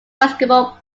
basketball